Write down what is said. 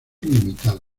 limitado